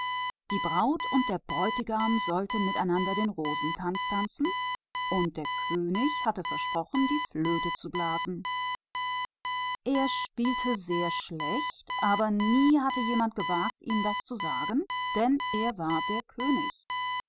ball stattfinden und das brautpaar sollte den rosentanz tanzen und der könig hatte versprochen die flöte zu spielen er spielte sehr schlecht aber niemand hatte je gewagt ihm das zu sagen weil er der könig